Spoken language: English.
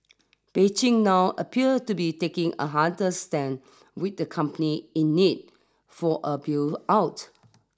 Beijing now appear to be taking a harder stand with the company in need for a bill out